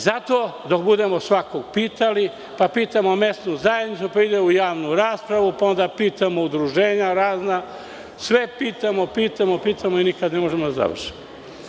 Zato dok budemo svakog pitali, pa pitamo mesnu zajednicu, pa ide u javnu raspravu, pa onda pitamo udruženja razna, sve pitamo, pitamo, pitamo i nikad ne možemo da završimo.